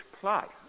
plot